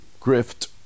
grift